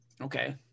okay